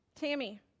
Tammy